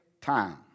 time